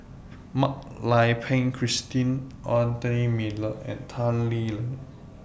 Mak Lai Peng Christine Anthony Miller and Tan Lee Leng